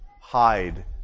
hide